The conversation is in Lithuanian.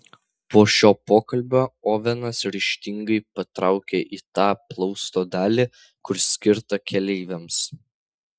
po šio pokalbio ovenas ryžtingai patraukė į tą plausto dalį kuri skirta keleiviams